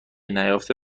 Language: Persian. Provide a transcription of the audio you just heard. نیافته